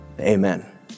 Amen